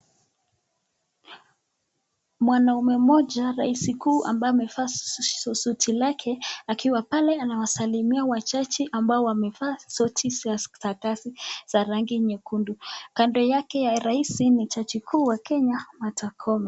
Mwanaume mmoja rais mkuu ambaye amevalia suti lake akiwa pale anawasalimia majaji ambao wamevaa suti za kazi za rangi nyekundu kando yake ya rais ni jaji mkuu wa kenya Martha koome.